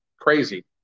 Crazy